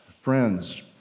friends